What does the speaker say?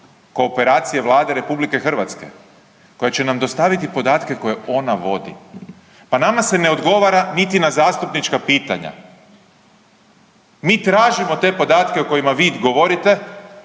kooperacije Vlade RH koja će nam dostaviti podatke koje ona vodi. Pa nama se ne odgovara niti na zastupnička pitanja. Mi tražimo te podatke o kojima vi govorite,